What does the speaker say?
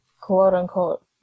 quote-unquote